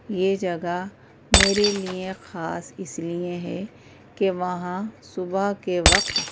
یہ جگہ میرے لیے خاص اس لیے ہے کہ وہاں صبح کے وقت